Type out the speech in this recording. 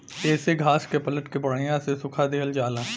येसे घास के पलट के बड़िया से सुखा दिहल जाला